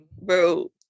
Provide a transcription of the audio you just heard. bro